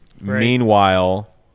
Meanwhile